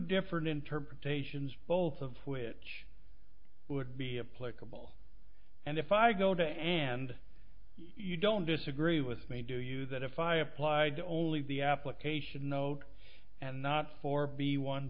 different interpretations both of which would be a political and if i go to and you don't disagree with me do you that if i applied only the application note and not for the one